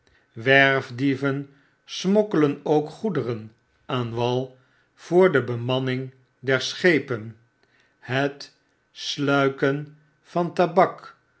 gebracht werfdieven smokkelen ook goederen aan wal voor de bemanning der schepen het sluiken van tabak